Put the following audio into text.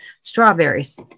strawberries